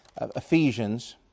Ephesians